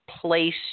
place